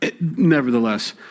Nevertheless